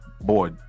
boy